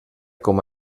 com